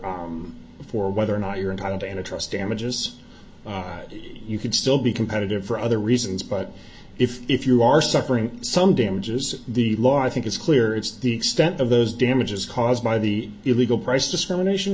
for whether or not you're entitled to an interest damages you could still be competitive for other reasons but if you are suffering some damages the law i think is clear it's the extent of those damages caused by the illegal price discrimination